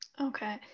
okay